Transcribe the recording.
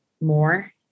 more